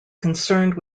concerned